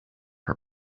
her